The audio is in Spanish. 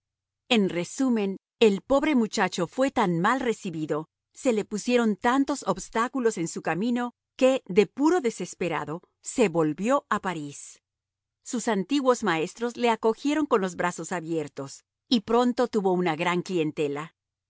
en resumen el pobre muchacho fue tan mal recibido se le pusieron tantos obstáculos en su camino que de puro desesperado se volvió a parís sus antiguos maestros le acogieron con los brazos abiertos y pronto tuvo una gran clientela